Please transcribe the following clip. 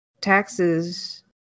taxes